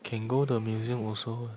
can go the museum also what